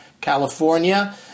California